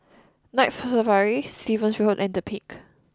Night Safari Stevens Road and The Peak